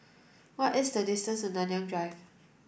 what is the distance to Nanyang Drive